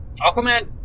Aquaman